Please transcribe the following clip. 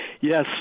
Yes